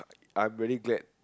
I'm really glad